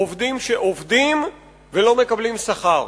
עובדים שעובדים ולא מקבלים שכר.